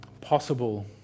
possible